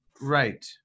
Right